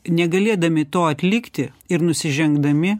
negalėdami to atlikti ir nusižengdami